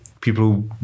people